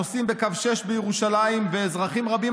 הנוסעים בקו 6 בירושלים ואזרחים רבים